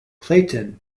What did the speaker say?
clayton